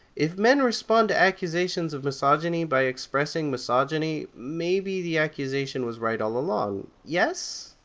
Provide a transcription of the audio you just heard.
if men respond to accusations of misogyny by expressing misogyny, maybe the accusation was right all along, yes?